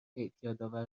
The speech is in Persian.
اعتیادآور